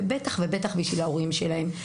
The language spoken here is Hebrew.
ובטח בשביל ההורים שלהם,